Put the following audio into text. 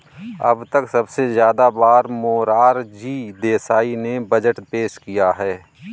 अब तक सबसे ज्यादा बार मोरार जी देसाई ने बजट पेश किया है